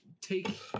take